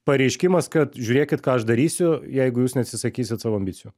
pareiškimas kad žiūrėkit ką aš darysiu jeigu jūs neatsisakysit savo ambicijų